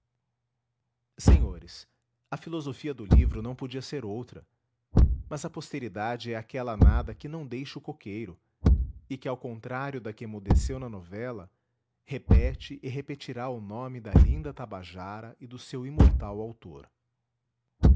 senhores a filosofia do livro não podia ser outra mas a posteridade é aquela nada que não deixa o coqueiro e que ao contrário da que emudeceu na novela repete e repetirá o nome da linda tabajara e do seu imortal autor